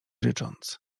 rycząc